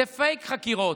זה פייק חקירות,